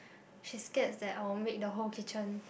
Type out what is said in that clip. she scares that I will make the whole kitchen